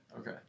okay